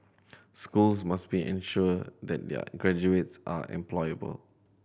schools must be ensure that their graduates are employable